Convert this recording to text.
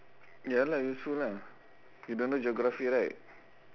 ya lah useful lah you don't know geography right